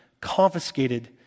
confiscated